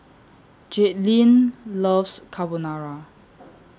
Jaidyn loves Carbonara